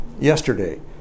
yesterday